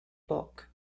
bulk